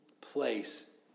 place